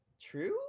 true